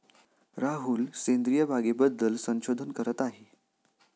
राहुल सेंद्रिय बागेबद्दल संशोधन करत आहे